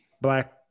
black